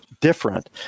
different